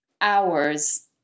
hours